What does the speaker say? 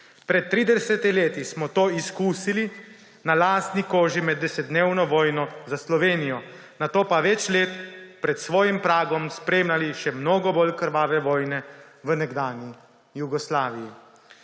Pred 30 leti smo to izkusili na lastni koži med 10-dnevno vojno za Slovenijo, nato pa več let pred svojim pragom spremljali še mnogo bolj krvave vojne v nekdanji Jugoslaviji.